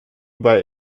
bei